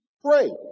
Pray